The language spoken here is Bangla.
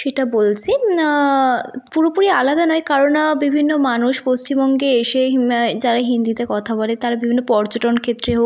সেটা বলছি পুরোপুরি আলাদা নয় কারণ বিভিন্ন মানুষ পশ্চিমবঙ্গে এসে যারা হিন্দিতে কথা বলে তারা বিভিন্ন পর্যটন ক্ষেত্রে হোক